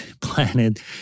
planet